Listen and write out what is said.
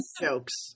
jokes